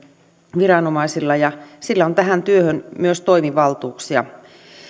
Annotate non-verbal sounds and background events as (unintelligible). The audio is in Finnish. (unintelligible) viranomaisena ja sillä on tähän työhön myös toimivaltuuksia